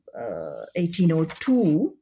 1802